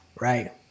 Right